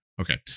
Okay